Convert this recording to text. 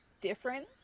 different